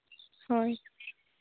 ᱦᱳᱭ